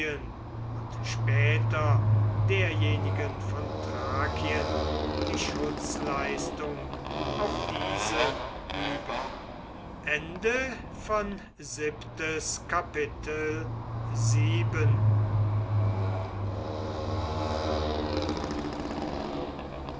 und später derjenigen von thrakien die schutzleistung auf diese über